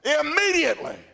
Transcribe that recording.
immediately